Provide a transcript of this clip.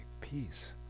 peace